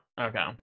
Okay